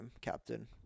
captain